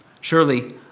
Surely